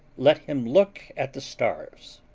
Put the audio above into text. let him look at the stars.